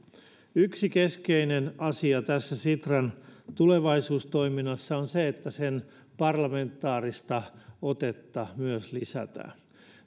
yksi keskeinen asia tässä sitran tulevaisuustoiminnassa on se että sen parlamentaarista otetta myös lisätään